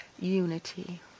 unity